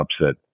upset